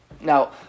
Now